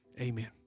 Amen